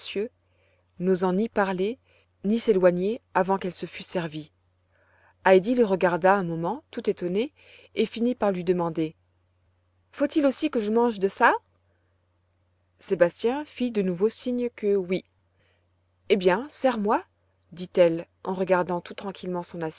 silencieux n'osant ni parler ni s'éloigner avant qu'elle se fût servie heidi le regarda un moment tout étonnée et finit par lui demander faut-il aussi que je mange de ça sébastien fit de nouveau signe que oui eh bien sers moi dit-elle en regardant tout tranquillement son